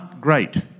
great